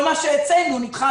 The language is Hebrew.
כל מה שהצענו נדחה